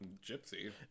Gypsy